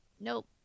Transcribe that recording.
nope